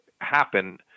happen